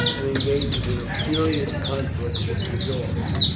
and engaged in a furious conflict with the dogs.